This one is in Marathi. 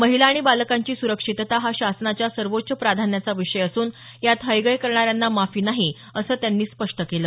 महिला आणि बालकांची सुरक्षितता हा शासनाच्या सवोंच्व प्राधान्याचा विषय असून यात हयगय करणाऱ्यांना माफी नाही असं त्यांनी स्पष्ट केलं